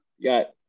Got